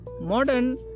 Modern